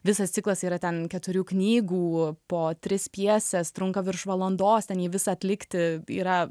visas ciklas yra ten keturių knygų po tris pjeses trunka virš valandos ten jį visą atlikti yra